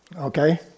Okay